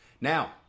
Now